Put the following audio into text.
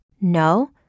No